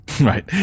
Right